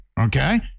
okay